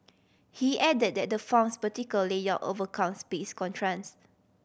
he added that the farm's vertical layout overcomes space constraints